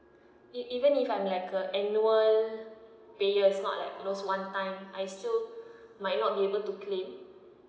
e~ even I'm a like a annual payers not like those one time I still might not be able to claim